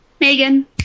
Megan